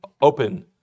open